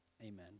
Amen